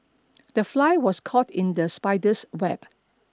the fly was caught in the spider's web